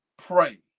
Pray